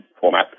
format